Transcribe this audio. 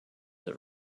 that